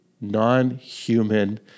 non-human